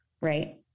right